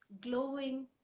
glowing